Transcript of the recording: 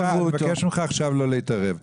אני מבקש ממך לא להתערב עכשיו,